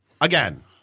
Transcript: Again